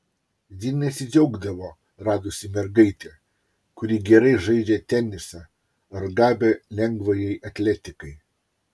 ji nesidžiaugdavo radusi mergaitę kuri gerai žaidžia tenisą ar gabią lengvajai atletikai